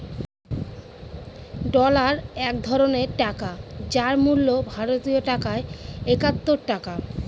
dollar এক ধরনের টাকা যার মূল্য ভারতীয় টাকায় একাত্তর টাকা